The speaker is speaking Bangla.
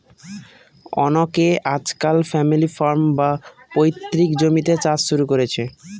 অনকে আজকাল ফ্যামিলি ফার্ম, বা পৈতৃক জমিতে চাষ শুরু করেছে